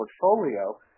portfolio